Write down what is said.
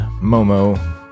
Momo